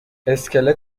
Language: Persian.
اسکله